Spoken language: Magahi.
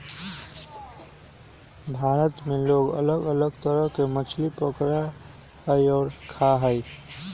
भारत में लोग अलग अलग तरह के मछली पकडड़ा हई और खा हई